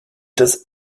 des